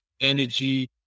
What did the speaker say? energy